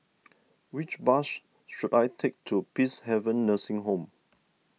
which bus should I take to Peacehaven Nursing Home